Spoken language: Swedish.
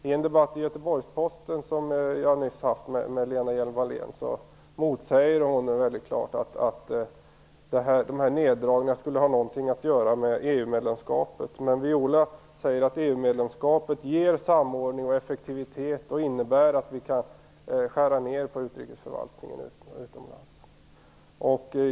I en debatt i Göteborgsposten som jag nyss haft med Lena Hjelm Wallén motsäger hon väldigt klart att neddragningarna skulle ha något att göra med EU-medlemskapet. Men Viola Furubjelke säger att EU-medlemskapet ger samordning och effektivitet och innebär att vi kan skära ned på utrikesförvaltningen utomlands.